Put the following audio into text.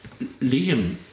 Liam